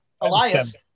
Elias